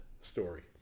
story